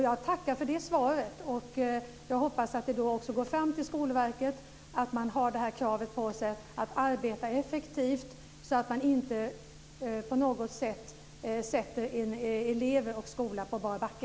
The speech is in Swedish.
Jag tackar för det svar jag fick och hoppas att det också går fram till Skolverket att man har kravet på sig att arbeta effektivt så att man inte på något sätt sätter elever och skola på bar backe.